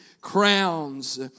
crowns